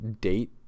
date